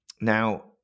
Now